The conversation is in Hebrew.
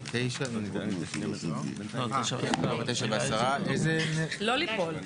קוראים לזה נוסח לדיון בוועדה 9.5 כי זה חלק מאתמול.